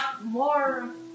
more